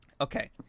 Okay